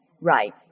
Right